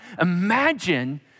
Imagine